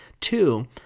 Two